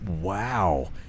Wow